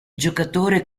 giocatore